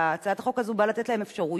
והצעת החוק הזאת באה לתת להם אפשרויות